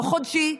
לא חודשי,